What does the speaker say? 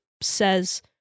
says